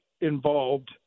involved